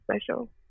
special